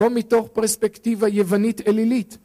לא מתוך פרספקטיבה יוונית אלילית